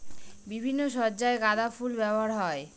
বিভিন্ন সজ্জায় গাঁদা ফুল ব্যবহার হয়